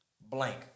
blank